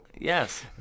Yes